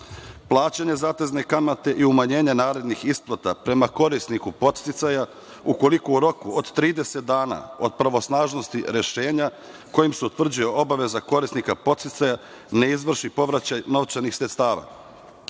Plaćanje zatezne kamate i umanjenje narednih isplata prema korisniku podsticaja ukoliko u roku od 30 dana od pravosnažnosti rešenja kojim se utvrđuje obaveza korisnika podsticaja ne izvrši povraćaj novčanih sredstava. Članom